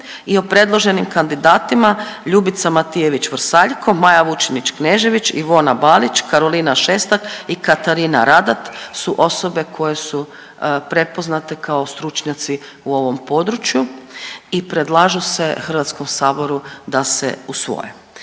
i o predloženim kandidatima Ljubica Matijević Vrsaljko, Maja Vučinić Knežević, Ivona Balić, Karolina Šestak i Katarina Radat su osobe koje su prepoznate kao stručnjaci u ovom području i predlažu se HS-u da se usvoje.